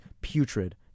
putrid